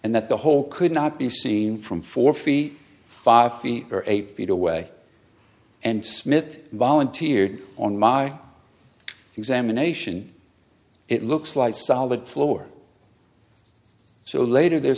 and that the whole could not be seen from four feet five feet or eight feet away and smith volunteered on my examination it looks like a solid floor so later there